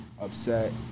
upset